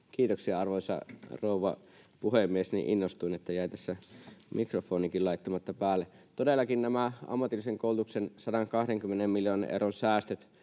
Kiitoksia, arvoisa rouva puhemies! Niin innostuin, että jäi tässä mikrofonikin laittamatta päälle. Todellakin nämä ammatillisen koulutuksen 120 miljoonan euron säästöthän